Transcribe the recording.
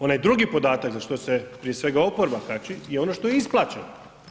Onaj drugi podatak za koji se prije svega oporba kači je ono što je isplaćeno.